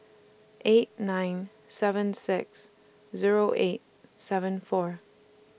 eight nine seven six Zero eight seven four